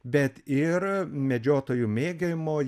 bet ir medžiotojų mėgiamo